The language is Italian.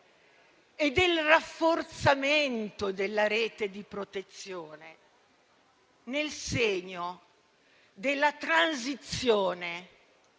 e del rafforzamento della rete di protezione, nel segno della transizione